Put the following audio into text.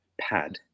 pad